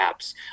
apps